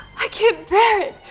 i can't bear it.